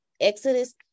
Exodus